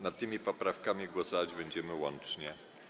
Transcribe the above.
Nad tymi poprawkami głosować będziemy łącznie.